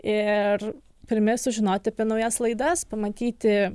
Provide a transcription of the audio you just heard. ir pirmi sužinoti apie naujas laidas pamatyti